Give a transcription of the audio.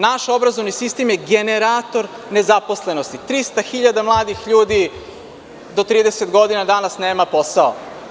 Naš obrazovni sistem je generator nezaposlenosti, 300.000 mladih ljudi do 30 godina danas nema posao.